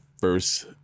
first